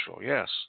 yes